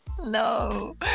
No